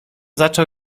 zaczął